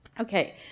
okay